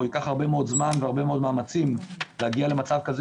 או ייקח הרבה מאוד זמן והרבה מאוד מאמצים להגיע למצב כזה